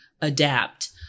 adapt